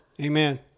Amen